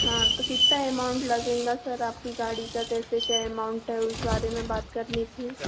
हाँ तो कितना एमाउंट लगेगा सर आपकी गाड़ी का कैसे क्या एमाउंट है उस बारे में बात करनी थी